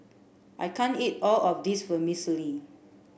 I can't eat all of this Vermicelli